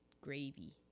gravy